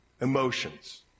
Emotions